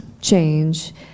change